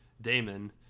Damon